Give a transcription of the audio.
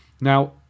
now